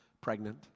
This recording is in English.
pregnant